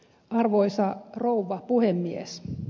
arvoisa rouva puhemies